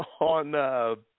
on